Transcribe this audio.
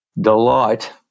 delight